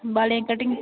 बालें काटिंग